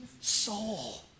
soul